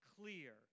clear